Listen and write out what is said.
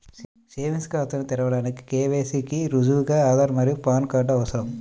savings ఖాతాను తెరవడానికి KYC కి రుజువుగా ఆధార్ మరియు పాన్ కార్డ్ అవసరం